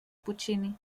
puccini